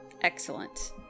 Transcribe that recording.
excellent